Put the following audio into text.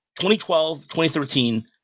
2012-2013